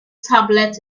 tablet